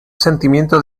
sentimiento